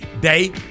day